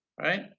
right